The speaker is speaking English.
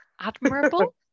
admirable